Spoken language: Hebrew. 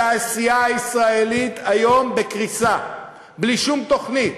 התעשייה הישראלית היום בקריסה, בלי שום תוכנית.